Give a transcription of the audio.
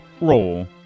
Roll